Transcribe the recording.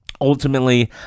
Ultimately